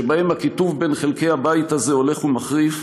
שבהם הקיטוב בין חלקי הבית הזה הולך ומחריף,